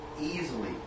easily